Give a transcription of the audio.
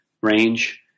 range